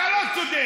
אתה לא צודק,